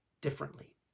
differently